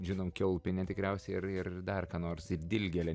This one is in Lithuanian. žinom kiaulpienę tikriausiai ir ir dar ką nors ir dilgėlę